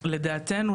לדעתנו,